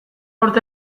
urte